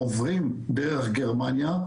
עוברים דרך גרמניה,